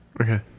okay